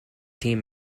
team